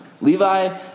Levi